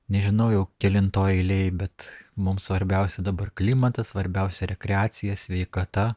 nežinau jau kelintoj eilėj bet mums svarbiausia dabar klimatas svarbiausia rekreacija sveikata